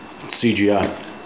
CGI